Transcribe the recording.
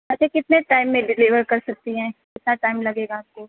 اچھا کتنے ٹائم میں ڈلیور کر سکتی ہیں کتنا ٹائم لگے گا آپ کو